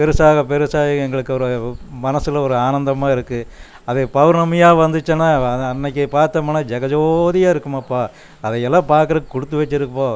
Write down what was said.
பெருசாக பெருசாக எங்களுக்கு ஒரு மனசில் ஒரு ஆனந்தமாக இருக்குது அதை பௌர்ணமியாக வந்துச்சினால் அன்றைக்கி பார்த்தமுன்னா ஜெகஜோதியாக இருக்குமப்பா அதை எல்லாம் பார்க்குறதுக்கு கொடுத்து வச்சிருப்போம்